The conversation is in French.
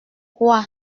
quoi